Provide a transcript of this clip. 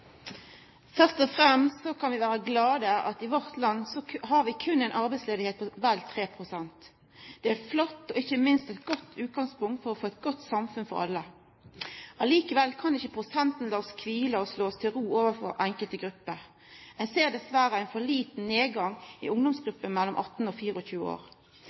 Først og fremst kan vi vera glade for at vi i vårt land berre har ei arbeidsløyse på vel 3 pst. Det er flott og ikkje minst eit godt utgangspunkt for å få eit godt samfunn for alle. Likevel kan ikkje prosenten la oss kvila slik at vi slår oss til ro overfor enkelte grupper. Eg ser dessverre ein for liten nedgang i ungdomsgruppa mellom 18 og 24 år.